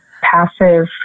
passive